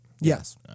Yes